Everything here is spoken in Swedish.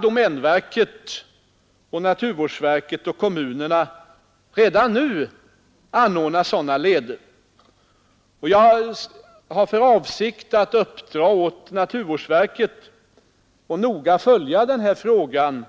Domänverket, naturvårdsverket och kommunerna kan redan nu anordna sådana leder, och jag har för avsikt att uppdra åt naturvårdsverket att noga följa denna fråga och undan